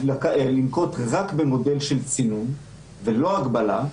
לנקוט רק במודל של צינון ולא הגבלה.